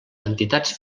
entitats